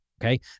Okay